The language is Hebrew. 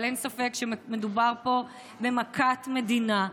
אבל אין ספק שמדובר פה במכת מדינה.